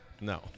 No